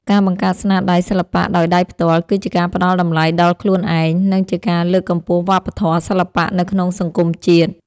ការបង្កើតស្នាដៃសិល្បៈដោយដៃផ្ទាល់គឺជាការផ្ដល់តម្លៃដល់ខ្លួនឯង និង ជាការលើកកម្ពស់វប្បធម៌សិល្បៈនៅក្នុងសង្គមជាតិ។